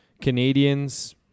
Canadians